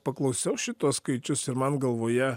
paklausiau šituos skaičius ir man galvoje